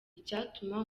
icyatuma